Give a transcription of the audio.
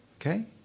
Okay